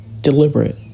deliberate